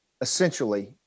essentially